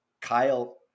Kyle